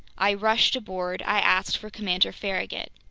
i rushed aboard. i asked for commander farragut.